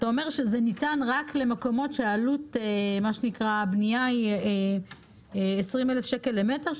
שזה ניתן רק למקומות שהעלות בנייה היא 20,000 שקל למטר?